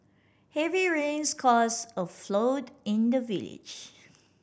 heavy rains caused a flood in the village